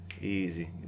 easy